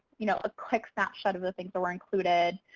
you know, a quick snapshot of the things that were included.